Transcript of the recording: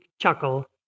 chuckle